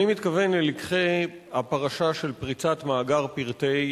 אני מתכוון ללקחי הפרשה של פריצת מאגר פרטי